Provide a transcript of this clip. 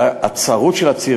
הצרות של הציר,